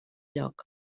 lloc